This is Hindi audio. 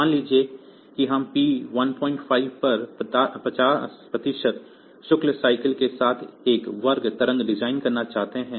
मान लीजिए कि हम P15 पर 50 प्रतिशत शुल्क साइकिल के साथ एक वर्ग तरंग डिजाइन करना चाहते हैं